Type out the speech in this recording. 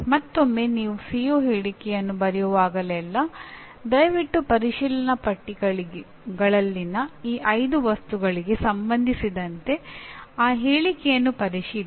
ಮತ್ತೊಮ್ಮೆ ನೀವು ಸಿಒ ಹೇಳಿಕೆಯನ್ನು ಬರೆಯುವಾಗಲೆಲ್ಲಾದಯವಿಟ್ಟು ಪರಿಶೀಲನಾಪಟ್ಟಿಗಳಲ್ಲಿನ ಈ 5 ವಸ್ತುಗಳಿಗೆ ಸಂಬಂಧಿಸಿದಂತೆ ಆ ಹೇಳಿಕೆಯನ್ನು ಪರಿಶೀಲಿಸಿ